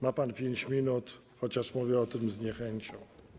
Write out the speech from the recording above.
Ma pan 5 minut, chociaż mówię o tym z niechęcią.